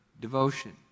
devotion